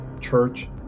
church